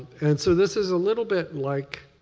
and so this is a little bit like